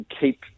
keep